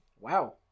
wow